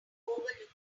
overlooked